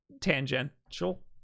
tangential